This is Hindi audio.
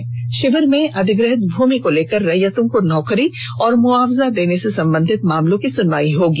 इस शिविर में अधिग्रहित भूमि को लेकर रैयतों को नौकरी और मुआवजा देने से संबंधित मामलों की सुनवाई होगी